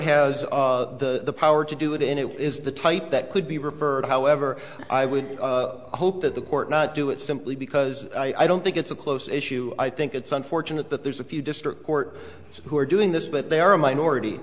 has the power to do it in it is the type that could be referred however i would hope that the court do it simply because i don't think it's a close issue i think it's unfortunate that there's a few district court who are doing this but they are a minority